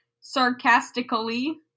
sarcastically